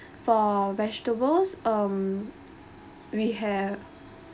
for vegetables um we have